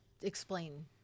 explain